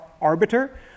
arbiter